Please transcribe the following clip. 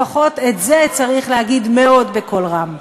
לפחות את זה צריך להגיד בקול רם מאוד.